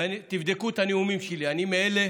ותבדקו את הנאומים שלי, אני מאלה